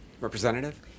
Representative